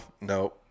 No